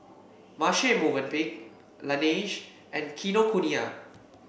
Marche Movenpick Laneige and Kinokuniya